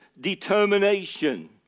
determination